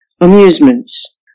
Amusements